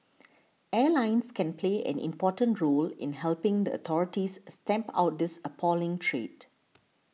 airlines can play an important role in helping the authorities stamp out this appalling trade